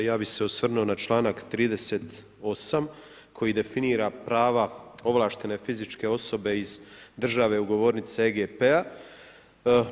Ja bih se osvrnuo na članak 38. koji definira prava ovlaštene fizičke osobe iz države ugovornice EGP-a.